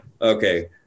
okay